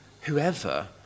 whoever